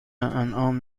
انعام